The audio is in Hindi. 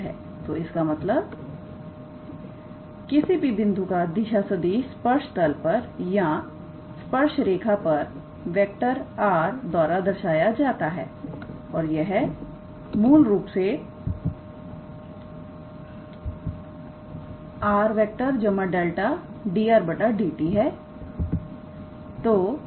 तो इसका मतलब किसी भी बिंदु का दिशा सदिश स्पर्श तल पर या स्पर्श रेखा पर 𝑅⃗ द्वारा दर्शाया जाता है और यह मूल रूप से 𝑟⃗ 𝜆 𝑑𝑟⃗ 𝑑𝑡 है